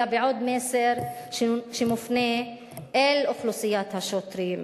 אלא בעוד מסר שמופנה אל אוכלוסיית השוטרים.